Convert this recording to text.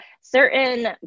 certain